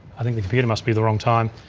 i think the computer must be the wrong time.